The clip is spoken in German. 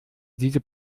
diese